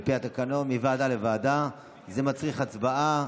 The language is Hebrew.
על פי התקנון, מוועדה לוועדה, זה מצריך הצבעה.